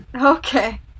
Okay